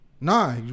Nah